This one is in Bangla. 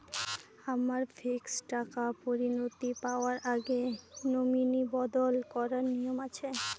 আমার ফিক্সড টাকা পরিনতি পাওয়ার আগে নমিনি বদল করার নিয়ম আছে?